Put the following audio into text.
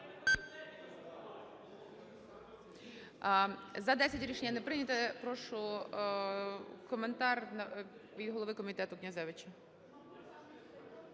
За-10 Рішення не прийнято. Прошу, коментар голови комітету Князевича.